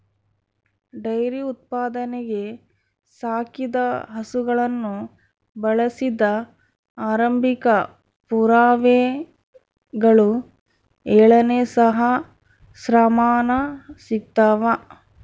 dairy ಉತ್ಪಾದನೆಗೆ ಸಾಕಿದ ಹಸುಗಳನ್ನು ಬಳಸಿದ ಆರಂಭಿಕ ಪುರಾವೆಗಳು ಏಳನೇ ಸಹಸ್ರಮಾನ ಸಿಗ್ತವ